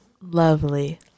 Lovely